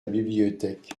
bibliothèque